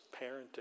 parenting